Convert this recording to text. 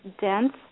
dense